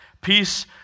Peace